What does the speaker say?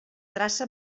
traça